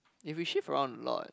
if we shift around a lot